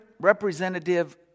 representative